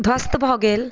ध्वस्त भऽ गेल